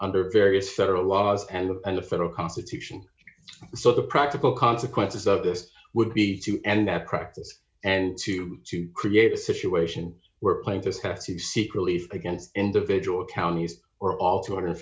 under various federal laws and the federal constitution so the practical consequences of this would be to end that practice and to to create a situation where plaintiffs have to seek relief against individual counties or all two hundred and